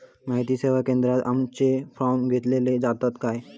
माहिती सेवा केंद्रात आमचे फॉर्म घेतले जातात काय?